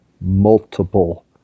multiple